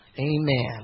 Amen